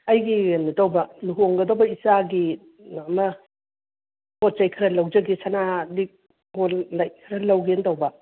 ꯑꯩꯒꯤ ꯀꯩꯅꯣ ꯇꯧꯕ ꯂꯨꯍꯣꯡꯒꯗꯧꯕ ꯏꯆꯥꯒꯤ ꯑꯃ ꯄꯣꯠꯆꯩ ꯈꯔ ꯂꯧꯖꯒꯦ ꯁꯅꯥ ꯂꯤꯛ ꯀꯣꯟ ꯈꯔ ꯂꯧꯒꯦꯅ ꯇꯧꯕ